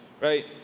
right